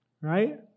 right